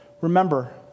remember